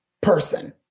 person